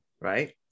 right